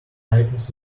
items